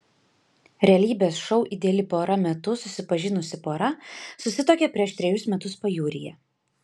realybės šou ideali pora metu susipažinusi pora susituokė prieš trejus metus pajūryje